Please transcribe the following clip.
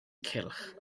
cylch